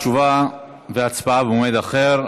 תשובה והצבעה במועד אחר.